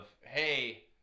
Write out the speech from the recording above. hey